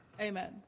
Amen